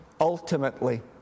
ultimately